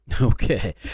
Okay